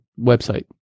website